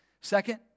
Second